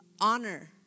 honor